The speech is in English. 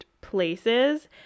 places